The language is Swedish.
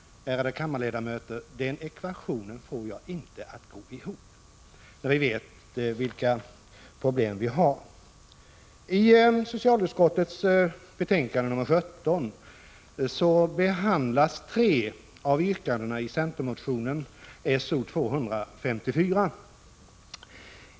Ärade kammarledamöter! Den ekvationen får jag inte att gå ihop, när vi vet vilka problem vi har. I socialutskottets betänkande 17 behandlas tre av yrkandena i centermotion §0254.